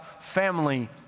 family